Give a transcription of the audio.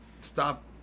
stop